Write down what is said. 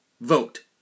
vote